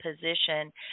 position